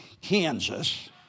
Kansas